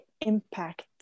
impact